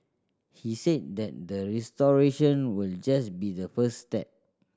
he said that the restoration will just be the first step